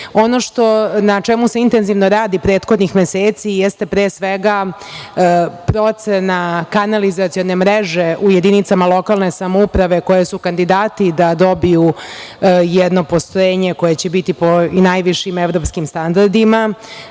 na čemu se intenzivno radi prethodnih meseci jeste pre svega procena kanalizacione mreže u jedinicama lokalne samouprave koje su kandidati da dobiju jedno postrojenje koje će biti i po najvišim evropskim standardima.